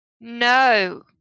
no